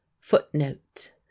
FOOTNOTE